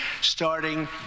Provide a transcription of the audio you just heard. starting